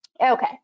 Okay